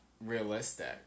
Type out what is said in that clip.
realistic